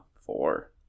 four